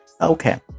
Okay